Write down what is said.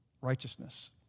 Righteousness